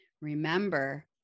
Remember